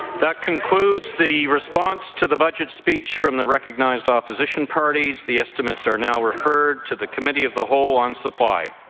that concludes the response to the budget speech from the recognized opposition parties. the estimates are now referred to the committee of the whole on supply.